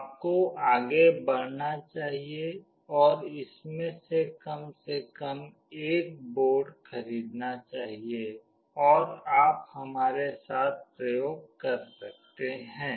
आपको आगे बढ़ना चाहिए और इनमें से कम से कम एक बोर्ड खरीदना चाहिए और आप हमारे साथ प्रयोग कर सकते हैं